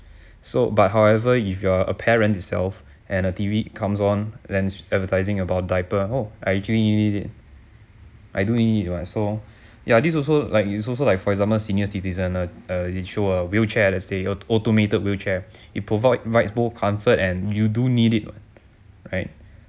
so but however if you are a parent itself and a T_V comes on then advertising about diaper [ho] I actually need it I don't really need what so ya this also like is also like for example senior citizen err wheelchair let's say or automated wheelchair it provide right both comfort and you do need it right